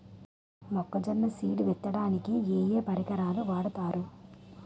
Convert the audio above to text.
మొక్కజొన్న సీడ్ విత్తడానికి ఏ ఏ పరికరాలు వాడతారు?